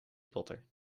potter